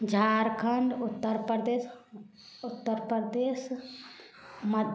झारखण्ड उत्तर प्रदेश उत्तर प्रदेश मध